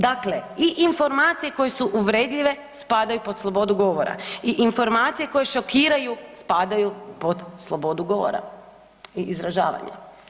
Dakle, i informacije koje su uvredljive spadaju pod slobodu govora i informacije koje šokiraju, spadaju pod slobodu govora i izražavanja.